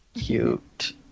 Cute